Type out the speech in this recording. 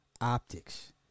optics